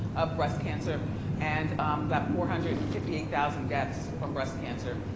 ah breast cancer and about four hundred and fifty eight thousand deaths from breast cancer.